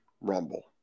Rumble